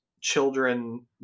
children